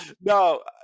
No